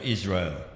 Israel